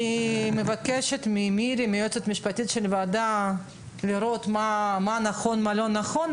אני מבקשת מהיועצת המשפטית של הוועדה לראות מה נכון ומה לא נכון,